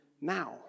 now